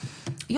מה?